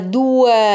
due